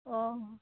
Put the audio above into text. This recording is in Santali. ᱚᱻ